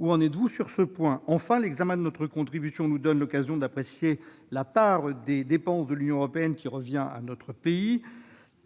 la secrétaire d'État ? Enfin, l'examen de notre contribution nous donne l'occasion d'apprécier la part des dépenses de l'Union européenne qui revient à notre pays.